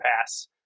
pass